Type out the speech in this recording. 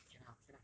okay lah okay lah